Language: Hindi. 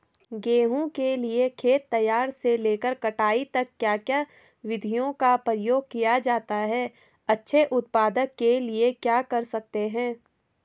गेहूँ के लिए खेत तैयार से लेकर कटाई तक क्या क्या विधियों का प्रयोग किया जाता है अच्छे उत्पादन के लिए क्या कर सकते हैं?